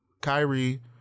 Kyrie